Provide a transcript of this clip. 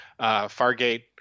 Fargate